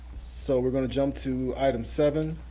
so we're gonna jump to item seven,